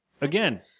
again